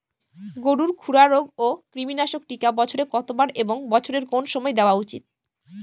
গরুর খুরা রোগ ও কৃমিনাশক টিকা বছরে কতবার এবং বছরের কোন কোন সময় দেওয়া উচিৎ?